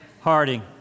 Harding